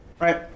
right